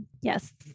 yes